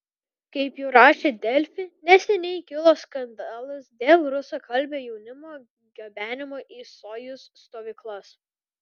kaip jau rašė delfi neseniai kilo skandalas dėl rusakalbio jaunimo gabenimo į sojuz stovyklas